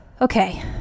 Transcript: Okay